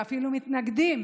ואפילו מתנגדים